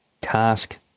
task